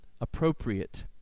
appropriate